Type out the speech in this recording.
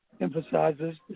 emphasizes